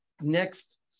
next